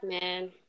man